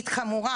"חמורה",